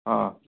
অঁ